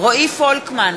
רועי פולקמן,